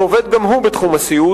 שעובד גם הוא בתחום הסיעוד.